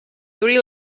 duri